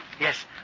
Yes